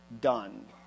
done